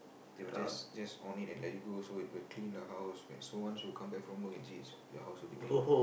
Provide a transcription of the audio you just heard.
they will just just on it and let it go also will clean the house so once you come back from work actually is your house will be clean